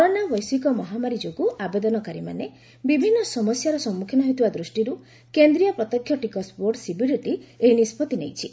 corona ବୈଶ୍ୱିକ ମହାମାରୀ ଯୋଗୁଁ ଆବେଦନକାରୀମାନେ ବିଭିନ୍ନ ସମସ୍ୟାର ସମ୍ମୁଖୀନ ହେଉଥିବା ଦୃଷ୍ଟିରୁ କେନ୍ଦ୍ରୀୟ ପ୍ରତ୍ୟକ୍ଷ ଟିକସ ବୋର୍ଡ଼ ସିବିଡିଟି ଏହି ନିଷ୍କଭି ନେଇଛି